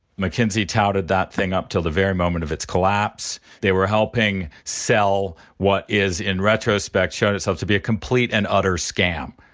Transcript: mackenzie touted that thing up till the very moment of its collapse. they were helping sell what is in retrospect shown itself to be a complete and utter scam.